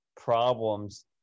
problems